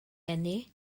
eni